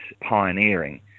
pioneering